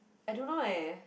I don't know leh